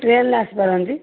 ଟ୍ରେନରେ ଆସିପାରନ୍ତି